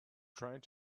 trying